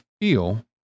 feel